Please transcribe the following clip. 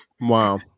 Wow